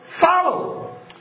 follow